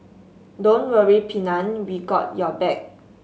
don't worry Pennant we got your back